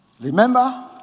Remember